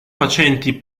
facenti